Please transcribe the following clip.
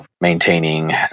maintaining